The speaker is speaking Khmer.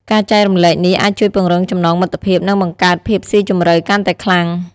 ការចែករំលែកនេះអាចជួយពង្រឹងចំណងមិត្តភាព និងបង្កើតភាពស៊ីជម្រៅកាន់តែខ្លាំង។